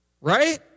Right